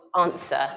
answer